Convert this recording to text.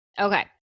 Okay